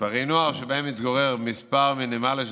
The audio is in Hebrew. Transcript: כפרי נוער שבהם מתגוררים מספר מינימלי של